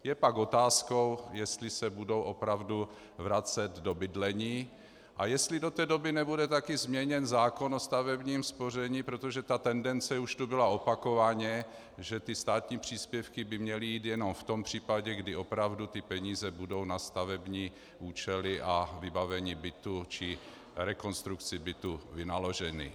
Je pak otázkou, jestli se budou opravdu vracet do bydlení a jestli do té doby nebude také změněn zákon o stavebním spoření, protože ta tendence už tu byla opakovaně, že státní příspěvky by měly jít jenom v tom případě, kdy opravdu ty peníze budou na stavební účely a vybavení bytu či rekonstrukci bytu vynaloženy.